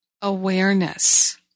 awareness